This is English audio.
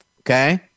Okay